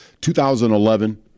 2011